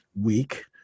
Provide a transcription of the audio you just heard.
week